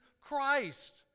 Christ